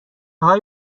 های